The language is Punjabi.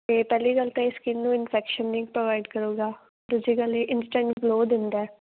ਅਤੇ ਪਹਿਲੀ ਗੱਲ ਤਾਂ ਇਹ ਸਕਿਨ ਨੂੰ ਇਨਫੈਕਸ਼ਨ ਨਹੀਂ ਪ੍ਰੋਵਾਈਡ ਕਰੇਗਾ ਦੁਜੀ ਗੱਲ ਇਹ ਇੰਸਟੈਂਟ ਗਲੋ ਦਿੰਦਾ